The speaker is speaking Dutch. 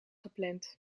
gepland